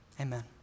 Amen